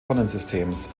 sonnensystems